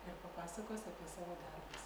ir papasakos apie savo darbus